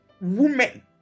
women